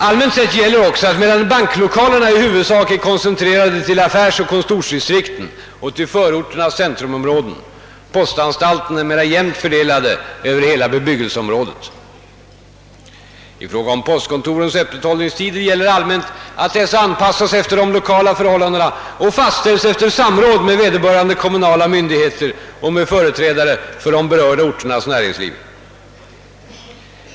Allmänt gäller också att, medan banklokalerna i huvudsak är koncentrerade till affärsoch kontordistrikten och till förorternas centrumområden, postanstalterna är mera jämnt fördelade över hela bebyggelseområdet. I fråga om postkontorens öppethållningstider gäller allmänt att dessa anpassas efter de lokala förhållandena och fastställs efter samråd med vederbörande kommunala myndigheter och med företrädare för de berörda orter nas näringsliv.